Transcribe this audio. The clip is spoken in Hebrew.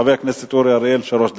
חבר הכנסת אורי אריאל שלוש דקות.